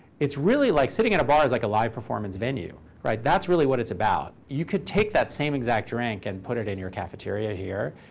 it's really like sitting at a bar is like a live performance venue. venue. that's really what it's about. you could take that same exact drink and put it in your cafeteria here,